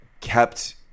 Kept